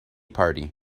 party